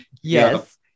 Yes